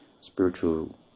spiritual